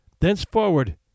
Thenceforward